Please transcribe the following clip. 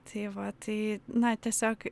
tai va tai na tiesiog